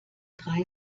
drei